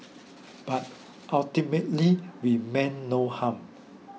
but ultimately we mean no harm